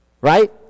right